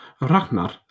Ragnar